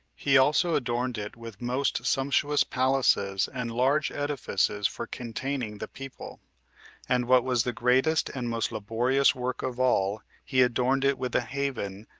he also adorned it with most sumptuous palaces and large edifices for containing the people and what was the greatest and most laborious work of all, he adorned it with a haven,